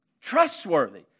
Trustworthy